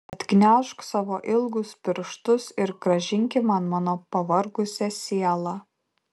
atgniaužk savo ilgus pirštus ir grąžinki man mano pavargusią sielą